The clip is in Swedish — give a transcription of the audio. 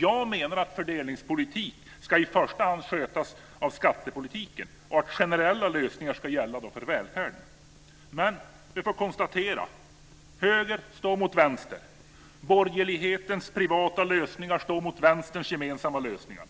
Jag menar att fördelningspolitik i första hand ska skötas av skattepolitiken och att generella lösningar ska gälla för välfärden. Men vi får konstatera: Höger står mot vänster. Borgerlighetens privata lösningar står mot vänsterns gemensamma lösningar.